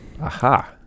Aha